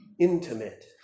intimate